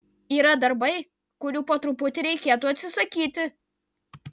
yra darbai kurių po truputį reikėtų atsisakyti